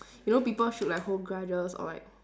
you know people should like hold grudges or like